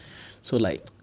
so like